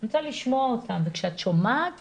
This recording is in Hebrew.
אני רוצה לשמוע אותם, וכשאת שומעת